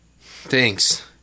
Thanks